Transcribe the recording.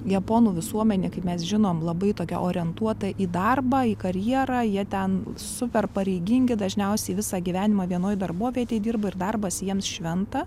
japonų visuomenė kaip mes žinom labai tokia orientuota į darbą į karjerą jie ten super pareigingi dažniausiai visą gyvenimą vienoj darbovietėj dirba ir darbas jiems šventa